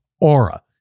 Aura